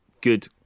good